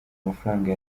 amafaranga